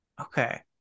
Okay